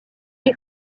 est